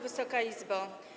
Wysoka Izbo!